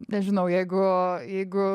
nežinau jeigu jeigu